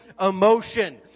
emotion